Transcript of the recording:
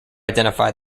identify